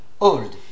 old